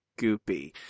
goopy